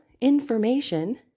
information